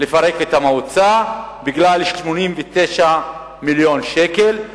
לפרק את המועצה בגלל 89 מיליון שקל.